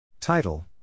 Title